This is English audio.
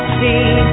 see